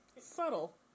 Subtle